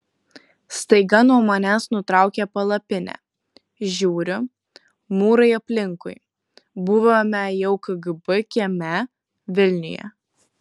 staiga nuo manęs nutraukė palapinę žiūriu mūrai aplinkui buvome jau kgb kieme vilniuje